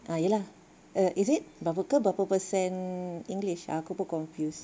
ah ye lah err is it berapa ke berapa percent English ah aku pun confused